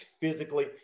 physically